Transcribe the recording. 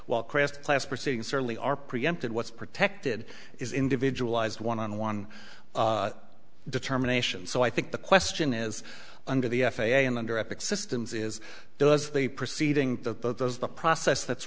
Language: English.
well crest class proceedings certainly are preempted what's protected is individualized one on one determination so i think the question is under the f a a and under epics systems is does the proceeding that those the process that's